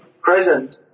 present